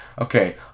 okay